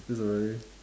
this is a very